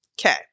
Okay